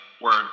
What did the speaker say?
word